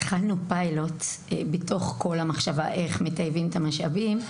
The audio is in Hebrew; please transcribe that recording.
התחלנו פיילוט במספר רשויות מתוך המחשבה של איך מטייבים את המשאבים.